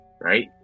right